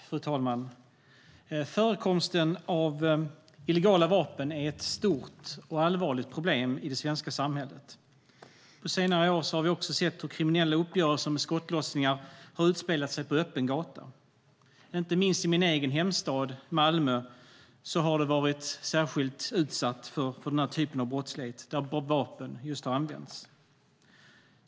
Fru talman! Förekomsten av illegala vapen är ett stort och allvarligt problem i det svenska samhället. På senare år har vi sett hur kriminella uppgörelser med skottlossningar har utspelat sig på öppen gata. Inte minst min egen hemstad Malmö har varit särskilt utsatt för den typ av brottslighet där vapen har använts.